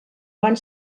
van